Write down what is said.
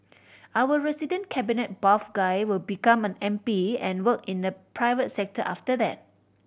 our resident cabinet buff guy will become an M P and work in the private sector after that